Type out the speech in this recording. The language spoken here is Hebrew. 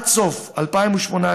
עד סוף 2018,